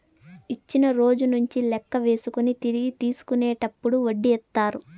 ఇచ్చిన రోజు నుంచి లెక్క వేసుకొని తిరిగి తీసుకునేటప్పుడు వడ్డీ ఏత్తారు